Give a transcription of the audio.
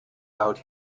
out